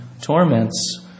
torments